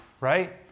right